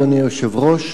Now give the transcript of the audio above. אדוני היושב-ראש,